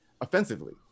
offensively